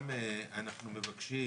אנחנו גם מבקשים